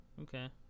okay